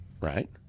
right